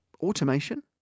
automation